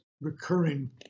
recurring